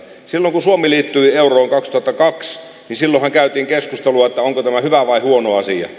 silvo suomi liittyi jonoon kausto takacs ja silloin käytiin kertovat onko tämä hyvä vai huono asia